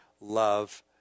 love